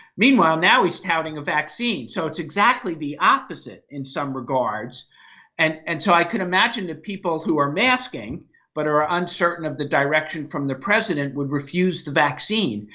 meanwhile now he's touting a vaccine, so it's exactly the opposite in some regards and and so i could imagine that people who are masking but are uncertain of the direction from the president would refuse the vaccine,